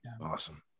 Awesome